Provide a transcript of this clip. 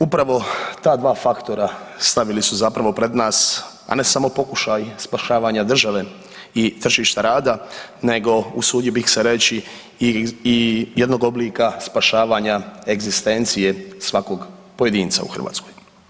Upravo ta dva faktora stavili su pred nas, a ne samo pokušaj spašavanja države i tržište rada nego usudio bih se reći i jednog oblika spašavanja egzistencije svakog pojedinca u Hrvatskoj.